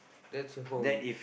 that's home